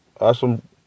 awesome